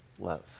love